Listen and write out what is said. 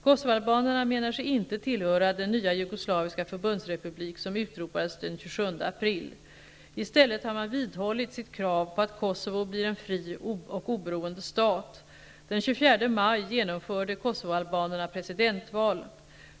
Kosovoalbanerna menar sig inte tillhöra den nya jugoslaviska förbundsrepublik som utropades den 27 april. I stället har man vidhållit sitt krav på att Kosovo blir en fri och oberoende stat. Den 24 maj genomförde kosovoalbanerna presidentval.